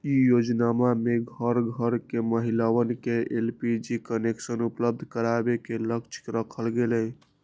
ई योजनमा में घर घर के महिलवन के एलपीजी कनेक्शन उपलब्ध करावे के लक्ष्य रखल गैले